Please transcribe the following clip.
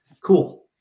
cool